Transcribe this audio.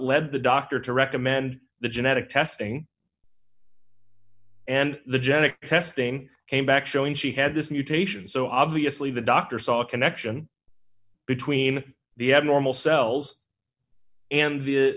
led the doctor to recommend the genetic testing and the genic testing came back showing she had this mutation so obviously the doctor saw a connection between the abnormal cells and the